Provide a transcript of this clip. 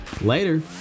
Later